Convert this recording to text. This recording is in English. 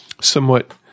somewhat